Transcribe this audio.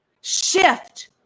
Shift